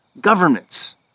governments